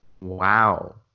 Wow